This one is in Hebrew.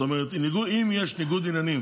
זאת אומרת, אם יש ניגוד עניינים